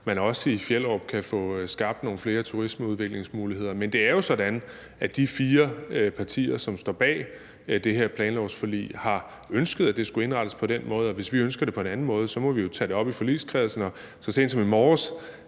at man også i Fjellerup kan få skabt nogle flere turismeudviklingsmuligheder. Men det er jo sådan, at de fire partier, som står bag det her planlovsforlig, har ønsket, at det skulle indrettes på den måde, og hvis vi ønsker det på en anden måde, må vi jo tage det op i forligskredsen. Så sent som i morges